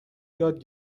یاد